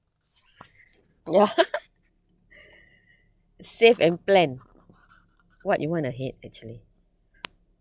ya save and plan what you want ahead actually